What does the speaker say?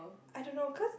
I don't know cause